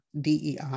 DEI